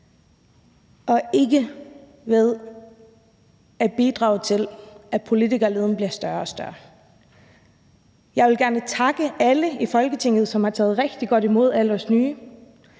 og ikke ved at bidrage til, at politikerleden bliver større og større. Jeg vil gerne takke alle i Folketinget, som har taget rigtig godt imod alle os nye.